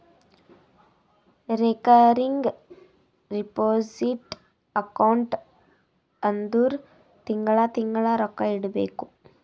recurring deposit account ಅಂದುರ್ ತಿಂಗಳಾ ತಿಂಗಳಾ ರೊಕ್ಕಾ ಇಡಬೇಕು